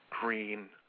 green